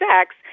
sex